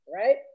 right